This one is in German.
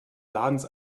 ladens